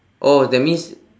oh that means